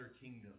kingdom